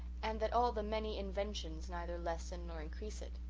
and that all the many inventions neither lessen nor increase it.